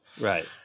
Right